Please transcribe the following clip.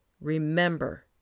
Remember